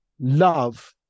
love